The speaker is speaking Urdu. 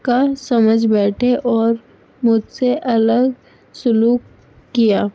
کا سمجھ بیٹھے اور مجھ سے الگ سلوک کیا